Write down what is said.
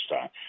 time